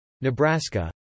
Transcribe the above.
Nebraska